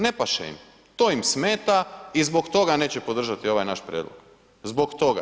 Ne paše im, to im smeta i zbog toga neće podržati ovaj naš prijedlog, zbog toga.